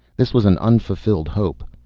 this was an unfulfilled hope.